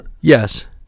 Yes